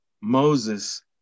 Moses